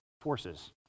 forces